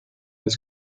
his